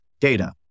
data